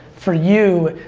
for you,